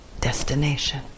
destination